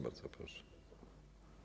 Bardzo proszę.